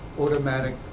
automatic